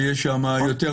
שהם פועלים בתו סגול.